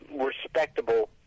respectable